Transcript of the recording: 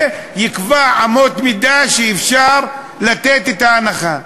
שיקבע אמות מידה שאפשר לתת את ההנחה.